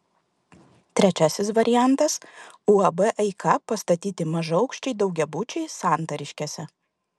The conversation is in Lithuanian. trečiasis variantas uab eika pastatyti mažaaukščiai daugiabučiai santariškėse